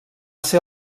ser